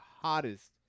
hottest